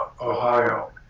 Ohio